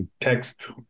text